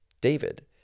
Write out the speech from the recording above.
david